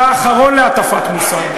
אתה האחרון להטפת מוסר.